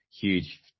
huge